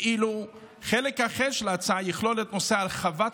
ואילו חלק אחר של ההצעה יכלול את נושא הרחבת